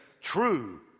true